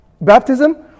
baptism